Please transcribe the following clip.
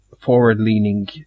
forward-leaning